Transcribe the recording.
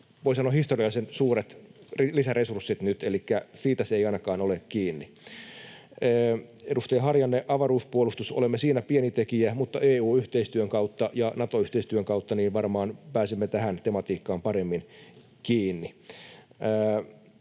voi sanoa, historiallisen suuret lisäresurssit nyt, elikkä siitä se ei ainakaan ole kiinni. Edustaja Harjanne, avaruuspuolustuksessa olemme pieni tekijä, mutta EU-yhteistyön kautta ja Nato-yhteistyön kautta varmaan pääsemme tähän tematiikkaan paremmin kiinni.